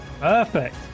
Perfect